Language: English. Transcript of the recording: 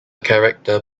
character